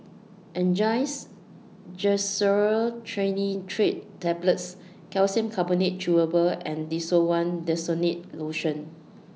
Angised Glyceryl Trinitrate Tablets Calcium Carbonate Chewable and Desowen Desonide Lotion